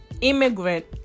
immigrant